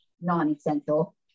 non-essential